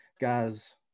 guys